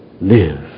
Live